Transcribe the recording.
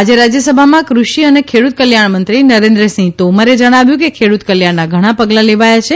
આજે રાજ્યસભામાં કૃષિ અ ખેડૂત કલ્યાણમંત્રી નરેન્દ્રસિંહ તોમરે જણાવ્યું કે ખેડૂતકલ્યાણનાં ઘણા પગલાં લેવાયાં છે